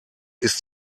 ist